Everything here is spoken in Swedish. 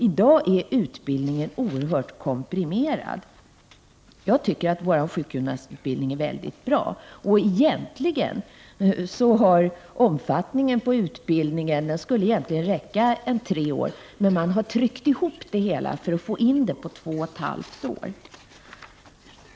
I dag är utbildningen oerhört komprimerad. Jag tycker att vår sjukgymnastutbildning är bra. Utbildningen är egentligen så omfattande att den räcker för en utbildning under tre år, men man har alltså tryckt ihop det hela för att få in utbildningen på två och ett halvt år.